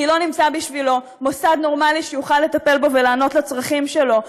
כי לא נמצא בשבילו מוסד נורמלי שיוכל לטפל בו ולענות על הצרכים שלו.